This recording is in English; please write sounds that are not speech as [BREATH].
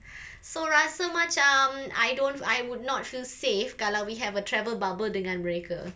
[BREATH] so rasa macam I don't I would not feel safe kalau we have travel bubble dengan mereka